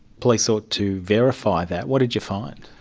police sought to verify that. what did you find?